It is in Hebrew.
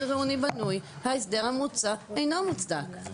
עירוני בנוי ההסדר המוצע אינו מוצדק.